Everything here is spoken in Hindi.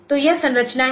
तो यह संरचना है